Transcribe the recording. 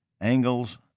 angles